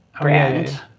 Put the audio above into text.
brand